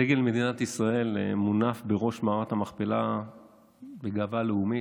דגל מדינת ישראל מונף בראש מערת המכפלה בגאווה לאומית,